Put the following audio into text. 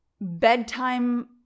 bedtime